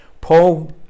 Paul